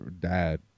dad